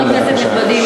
חברי כנסת נכבדים,